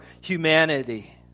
humanity